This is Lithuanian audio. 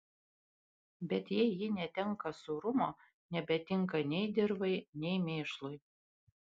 bet jei ji netenka sūrumo nebetinka nei dirvai nei mėšlui